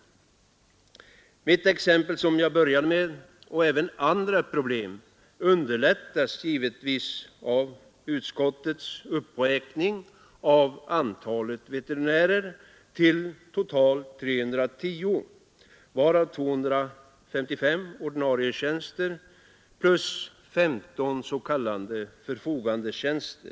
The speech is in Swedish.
En lösning av det problem som jag i början gav exempel på och även av andra problem underlättas givetvis av utskottets uppräkning av antalet veterinärer till totalt 310, varav 255 ordinarietjänster plus 15 s.k. förfogandetjänster.